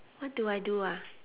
what do I do ah